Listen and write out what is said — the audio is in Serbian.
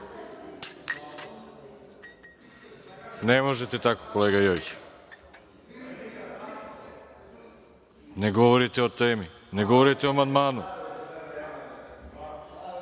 Ne možete tako, kolega Jojiću. Ne govorite o temi, ne govorite o amandmanu.